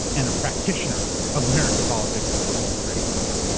and a practitioner of american politics at this multiracial moment.